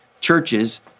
churches—